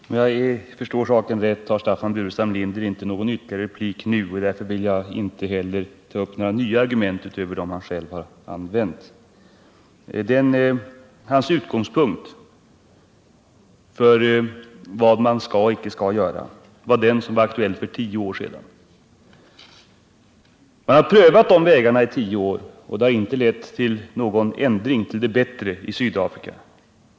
Herr talman! Om jag förstår saken rätt har Staffan Burenstam Linder inte någon ytterligare replik nu och därför vill jag inte heller ta upp några nya argument utöver dem han själv har använt. Hans utgångspunkt för vad man skall och icke skall göra var aktuell för tio år sedan. Man har prövat dessa vägar i tio år, men de har inte lett till någon ändring i Sydafrika.